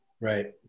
Right